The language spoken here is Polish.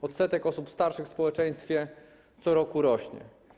Odsetek osób starszych w społeczeństwie co roku rośnie.